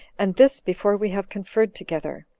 and this before we have conferred together.